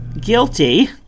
guilty